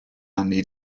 wnei